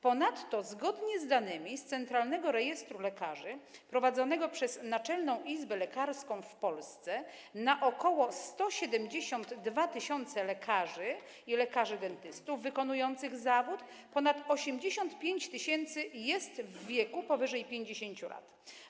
Ponadto zgodnie z danymi z centralnego rejestru lekarzy prowadzonego przez Naczelną Izbę Lekarską, w Polsce na ok. 172 tys. lekarzy i lekarzy dentystów wykonujących zawód ponad 85 tys. jest w wieku powyżej 50 lat.